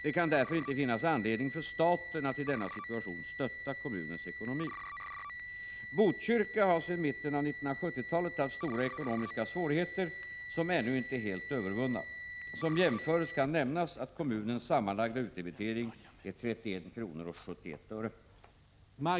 Det kan därför inte finnas anledning för staten att i denna situation stötta kommunens ekonomi. Botkyrka har sedan mitten av 1970-talet haft stora ekonomiska svårigheter som ännu inte är helt övervunna. Som jämförelse kan nämnas att kommunens sammanlagda utdebitering är 31:71 kr.